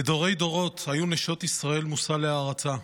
לדורי-דורות היו נשות ישראל מושא להערצה.